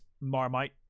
marmite